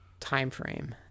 timeframe